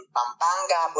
Pampanga